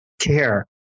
care